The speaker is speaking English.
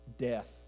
death